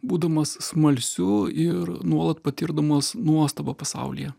būdamas smalsiu ir nuolat patirdamas nuostabą pasaulyje